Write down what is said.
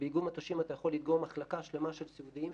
באיגום מטושים אתה יכול לדגום מחלקה שלמה של סיעודיים,